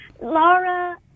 Laura